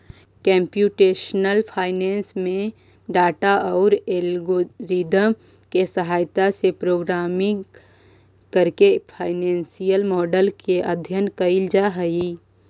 computational finance में data औउर algorithm के सहायता से प्रोग्रामिंग करके फाइनेंसियल मॉडल के अध्ययन कईल जा हई